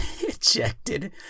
ejected